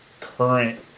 current